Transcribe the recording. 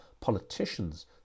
politicians